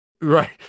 Right